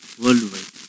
worldwide